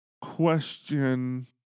question